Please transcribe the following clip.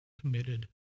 committed